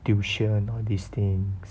tuition all these things